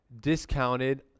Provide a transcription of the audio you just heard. discounted